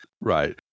Right